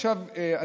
עכשיו,